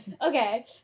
Okay